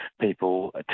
people